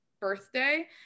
birthday